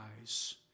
eyes